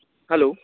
hello